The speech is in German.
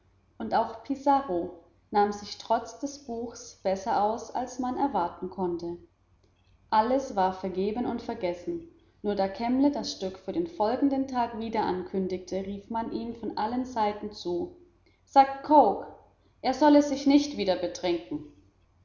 und auch pizarro nahm sich trotz des buchs besser aus als man erwarten konnte alles war vergeben und vergessen nur da kemble das stück für den folgenden tag wieder ankündigte rief man ihm von allen seiten zu sagt cooke er solle sich nicht wieder betrinken